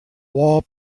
wall